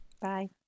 Bye